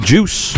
Juice